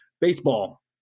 baseball